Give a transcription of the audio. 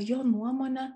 jo nuomone